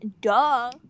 duh